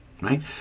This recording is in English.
right